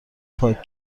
پاک